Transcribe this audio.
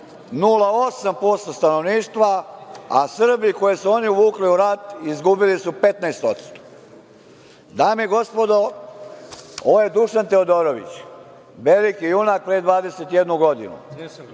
0,8% stanovništva, a Srbi, koji su oni uvukli u rat, izgubili su 15%.Dame i gospodo, ovaj Dušan Teodorović, veliki junak pre 21 godinu,